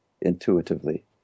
intuitively